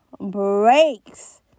breaks